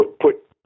put